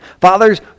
Fathers